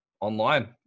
online